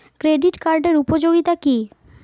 Credit কার্ডের উপযোগিতা কি?